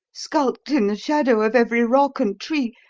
skulked in the shadow of every rock and tree,